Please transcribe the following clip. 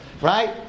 right